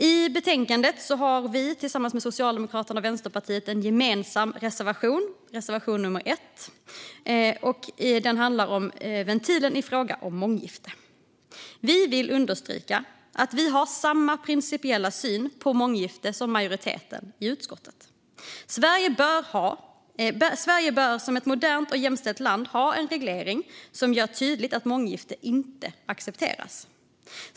I betänkandet har vi i Miljöpartiet tillsammans med Socialdemokraterna och Vänsterpartiet en gemensam reservation, reservation nummer 1. Den handlar om ventilen i fråga om månggiften. Vi vill understryka att vi har samma principiella syn på månggiften som majoriteten i utskottet. Sverige bör som ett modernt och jämställt land ha en reglering som gör det tydligt att månggifte inte accepteras.